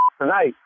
tonight